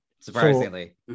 surprisingly